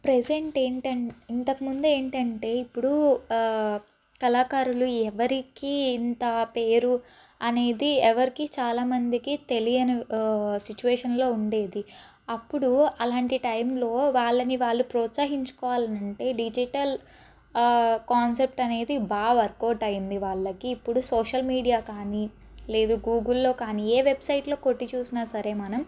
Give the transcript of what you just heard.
present ఏంటంటే ఇంతకుముందు ఏంటంటే ఇప్పుడు కళాకారులు ఎవరికి ఇంత పేరు అనేది ఎవరికీ చాలా మందికి తెలియని సిచువేషన్లో ఉండేది అప్పుడు అలాంటి టైంలో వాళ్ళని వాళ్ళు ప్రోత్సహించుకోవాలి అంటే డిజిటల్ కాన్సెప్ట్ అనేది బాగా వర్కౌట్ అయింది వాళ్ళకి ఇప్పుడు సోషల్ మీడియా కానీ లేదు గూగుల్లో కానీ ఏ వెబ్సైట్లో కొట్టి చూసినా సరే మనం